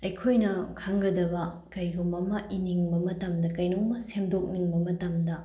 ꯑꯩꯈꯣꯏꯅ ꯈꯪꯒꯗꯕ ꯀꯔꯤꯒꯨꯝꯕ ꯑꯃ ꯏꯅꯤꯡꯕ ꯃꯇꯝꯗ ꯀꯩꯅꯣꯝꯃ ꯁꯦꯝꯗꯣꯛꯅꯤꯡꯕ ꯃꯇꯝꯗ